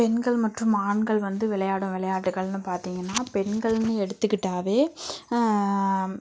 பெண்கள் மற்றும் ஆண்கள் வந்து விளையாடும் விளையாட்டுகள்னு பார்த்திங்கன்னா பெண்கள்னு எடுத்துக்கிட்டாலே